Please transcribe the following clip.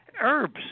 herbs